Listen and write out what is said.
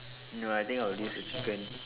no I think I will use the chicken